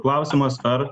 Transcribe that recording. klausimas ar